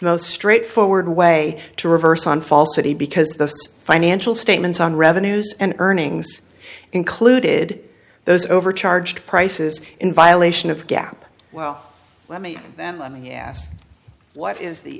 most straightforward way to reverse on falsity because those financial statements on revenues and earnings included those over charged prices in violation of gap well let me then let me ask what is the